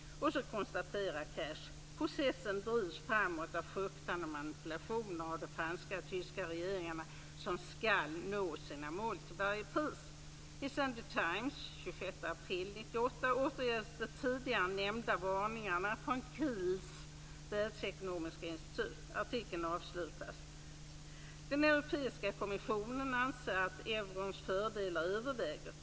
Och så konstaterar William Cash: Processen drivs framåt av fruktan och manipulationer av de franska och tyska regeringarna, som skall nå sina mål till varje pris. I Sunday Times den 26 april 1998 återges de tidigare nämnda varningarna från Kiels världsekonomiska institut. Artikeln avslutas: Den europeiska kommissionen anser att eurons fördelar överväger.